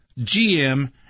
GM